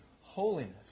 holiness